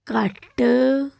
ਘੱਟ